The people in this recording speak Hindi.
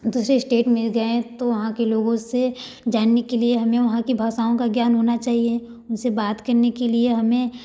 दूसरे श्टेट में गएँ हैं तो वहाँ के लोगों से जानने के लिए हमें वहाँ की भाषाओं का ज्ञान होना चाहिए उनसे बात करने के लिए हमें